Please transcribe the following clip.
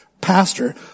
pastor